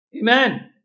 Amen